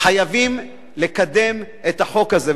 חייבים לקדם את החוק הזה.